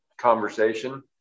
conversation